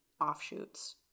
offshoots